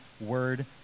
word